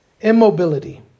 immobility